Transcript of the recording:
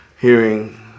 hearing